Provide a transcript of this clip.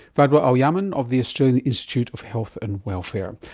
fadwa al-yaman of the australian institute of health and welfare.